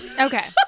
Okay